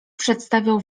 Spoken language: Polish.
przedstawiał